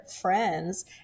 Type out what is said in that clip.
friends